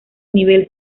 nivel